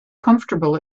comfortable